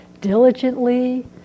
diligently